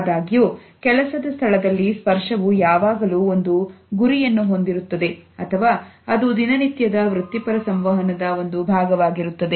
ಆದಾಗ್ಯೂ ಕೆಲಸದ ಸ್ಥಳದಲ್ಲಿ ಸ್ಪರ್ಶವು ಯಾವಾಗಲೂ ಒಂದು ಗುರಿಯನ್ನು ಹೊಂದಿರುತ್ತದೆ ಅಥವಾ ಅದು ದಿನನಿತ್ಯದ ವೃತ್ತಿಪರ ಸಂವಹನದ ಒಂದು ಭಾಗವಾಗಿರುತ್ತದೆ